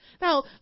Now